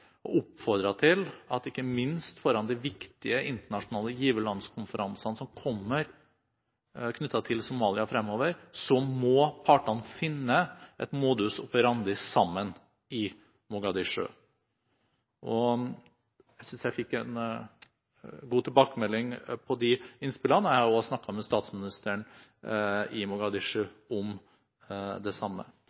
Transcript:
til at partene i Mogadishu, ikke minst foran de viktige internasjonale giverlandskonferansene som kommer knyttet til Somalia fremover, må finne en modus operandi sammen. Jeg synes jeg fikk en god tilbakemelding på de innspillene. Jeg har også snakket med statsministeren i Mogadishu om det samme.